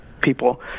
people